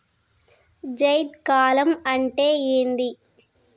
జైద్ కాలం అంటే ఏంది?